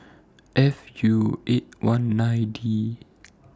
F U eight one nine D